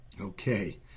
Okay